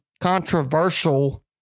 controversial